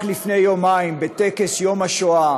הנה, רק לפני יומיים בטקס יום השואה